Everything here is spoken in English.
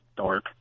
dark